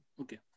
Okay